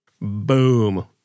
Boom